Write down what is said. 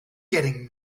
getting